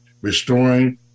restoring